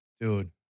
Dude